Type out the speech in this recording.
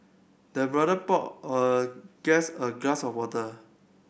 the butler poured a guest a glass of water